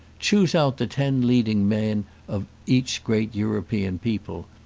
choose out the ten leading men of each great european people.